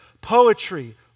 poetry